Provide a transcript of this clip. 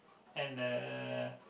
and the